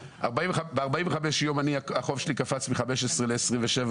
שב-45 ימים החוב שלי קפץ מ-15 אלף שקלים